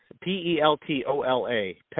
P-E-L-T-O-L-A